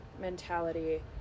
mentality